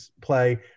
play